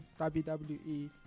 WWE